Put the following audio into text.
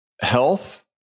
Health